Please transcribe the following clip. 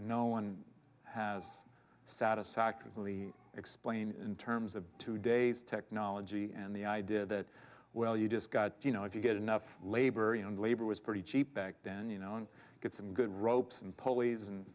no one has satisfactorily explained in terms of today's technology and the idea that well you just got you know if you get enough labor and labor was pretty cheap back then you know get some good ropes and pulleys and